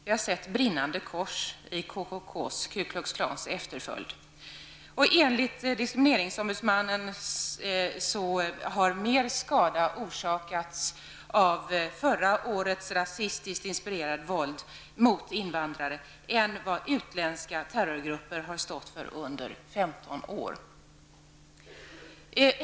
Vi har sett brinande kors i Ku Klux Klans efterföljd. Enligt diskrimineringsombudsmannen har mer skada orsakats av rasistiskt inspirerat våld mot invandrare under förra året än vad utländska terrorgrupper har stått för under femton år.